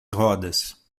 rodas